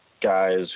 guys